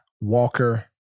Walker